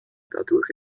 dadurch